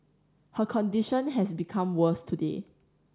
her condition has become worse today